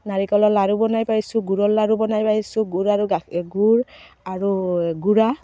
নাৰিকলৰ লাৰু বনাই পাইছোঁ গুড়ৰ লাৰু বনাই পাইছোঁ গুড় আৰু গাখী গুড় আৰু গুড়া